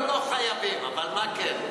לא חייבים, אבל מה כן?